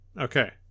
Okay